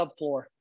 subfloor